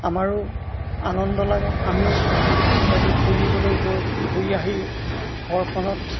আমাৰো আনন্দ লাগে আমিও হয়টো ফুৰিবলৈ গৈ ঘূৰি আহি ঘৰখনত